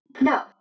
No